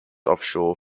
offshore